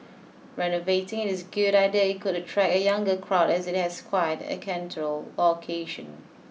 renovating it's a good idea and it could attract a younger crowd as it has quite a central location